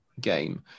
game